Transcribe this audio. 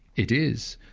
it is.